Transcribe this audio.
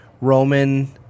Roman